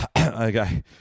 Okay